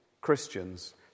Christians